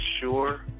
sure